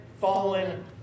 fallen